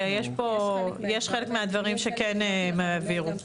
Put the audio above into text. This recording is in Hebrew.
יש חלק מהדברים שהם כן העבירו.